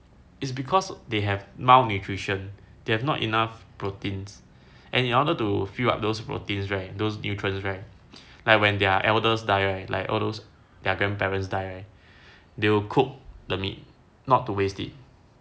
it's because they have malnutrition they have not enough proteins and in order to fill up those proteins right those nutrients right like when their elders die right like all those their grandparents die right they will cook the meat not to waste it